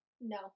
No